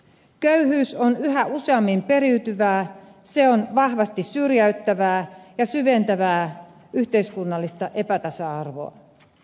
köyhyys on yhä useammin periytyvää se on vahvasti syrjäyttävää ja syventää yhteiskunnallista epätasa arvoa